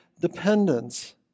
dependence